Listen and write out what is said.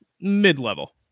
mid-level